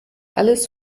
alles